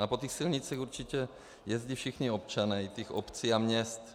A po těch silnicích určitě jezdí všichni občané, i těch obcí a měst.